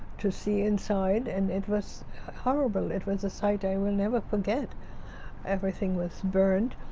to see inside and it was horrible it was a sight i will never forget everything was burned.